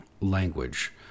language